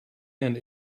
end